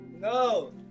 No